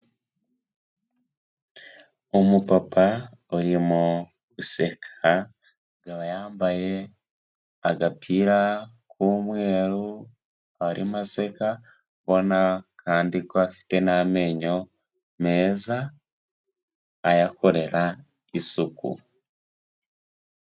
Umupapa urimo guseka, akaba yambaye agapira k'umweru, arimo aseka, ubona kandi ko afite n'amenyo meza; ayakorera isuku.